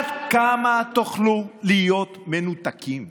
עד כמה תוכלו להיות מנותקים?